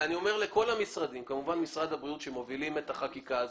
אני אומר לכל המשרדים וכמובן למשרד הבריאות שמוביל את החקיקה הזו,